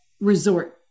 resort